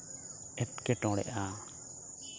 ᱮᱸᱴᱠᱮᱴᱚᱲᱮᱜᱼᱟ